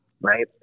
right